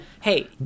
hey